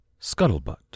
Scuttlebutt